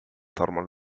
thermal